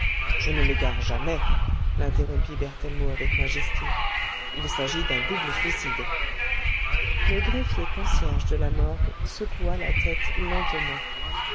je ne m'égare jamais l'interrompit berthellemot avec majesté il s'agit d'un double suicide le greffier concierge de la morgue secoua la tête lentement